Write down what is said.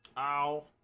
i'll,